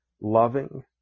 loving